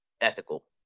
ethical